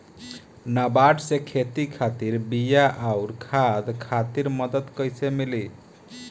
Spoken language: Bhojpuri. नाबार्ड से खेती खातिर बीया आउर खाद खातिर मदद कइसे मिली?